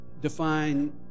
define